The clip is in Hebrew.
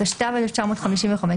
התשט"ו 1955,